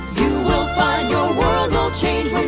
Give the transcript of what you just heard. you will find your world will change